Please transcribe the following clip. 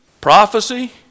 prophecy